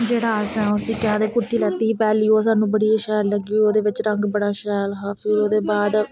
जेह्ड़ा असें उसी केह् आखदे उसी कुर्ती लैती ही पैह्ली ओह् सानू बड़ी ही शैल लग्गी ओह्दे बिच्च रंग बड़ा शैल हा फ्ही ओह्दे बाद